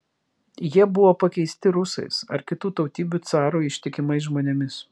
jie buvo pakeisti rusais ar kitų tautybių carui ištikimais žmonėmis